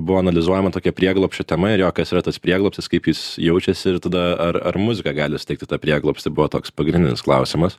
buvo analizuojama tokia prieglobsčio tema ir jo kas yra tas prieglobstis kaip jis jaučiasi ir tada ar ar muzika gali suteikti tą prieglobstį buvo toks pagrindinis klausimas